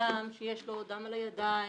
שאדם שיש לו דם על הידיים,